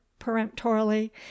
peremptorily